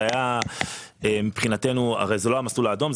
זה היה מבחינתנו הרי זה לא המסלול האדום,